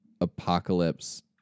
apocalypse